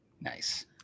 Nice